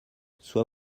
soit